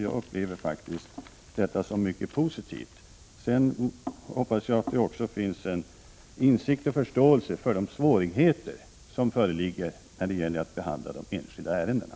Jag upplever detta som mycket positivt. Jag hoppas att det finns en insikt och en förståelse för de svårigheter som föreligger vid behandlingen av de enskilda ärendena.